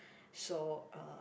so uh